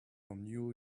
new